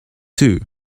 too